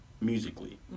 Musically